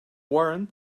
warrant